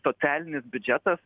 socialinis biudžetas